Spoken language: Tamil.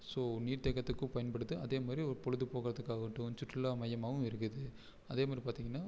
ஸோ நீர் தேக்கத்துக்கு பயன்படுது அதேமாதிரி ஒரு பொழுதுபோக்கறதுக்காகட்டும் சுற்றுலா மையமாகவும் இருக்குது அதேமாதிரி பார்த்திங்கனா